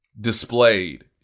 displayed